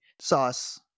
sauce